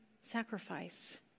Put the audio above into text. sacrifice